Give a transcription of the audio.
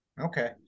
Okay